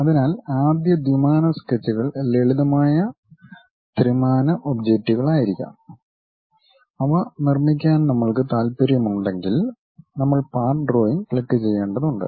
അതിനാൽ ആദ്യ ദ്വിമാന സ്കെച്ചുകൾ ലളിതമായ ത്രിമാന ഒബ്ജക്റ്റുകളായിരിക്കാം അവ നിർമ്മിക്കാൻ നമ്മൾക്ക് താൽപ്പര്യമുണ്ടെങ്കിൽ നമ്മൾ പാർട്ട് ഡ്രോയിംഗ് ക്ലിക്കുചെയ്യേണ്ടതുണ്ട്